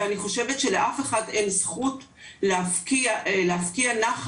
ואני חושבת שלאף אחד אין זכות להפקיע נחל